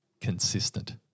consistent